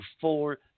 four